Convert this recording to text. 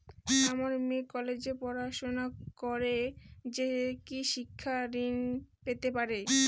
আমার মেয়ে কলেজে পড়াশোনা করে সে কি শিক্ষা ঋণ পেতে পারে?